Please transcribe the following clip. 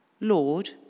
Lord